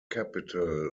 capital